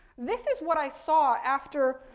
this is what i saw after,